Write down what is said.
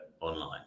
online